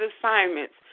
assignments